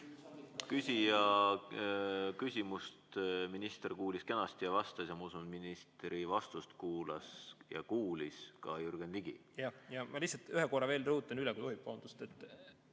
küsimust minister kuulis kenasti ja vastas. Ma usun, et ministri vastust kuulas ja kuulis ka Jürgen Ligi. Ma lihtsalt ühe korra veel rõhutan üle, kui tohib. Vabandust!